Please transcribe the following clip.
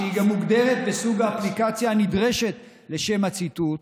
כשהיא גם מוגדרת בסוג האפליקציה הנדרשת לשם הציתות,